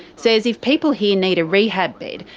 says if people here need a rehab bed,